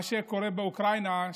מה שקורה באוקראינה.